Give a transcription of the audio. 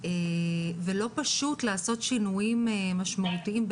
ולא פשוט לעשות שינויים משמעותיים,